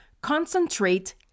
concentrate